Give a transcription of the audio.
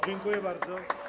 Dziękuję bardzo.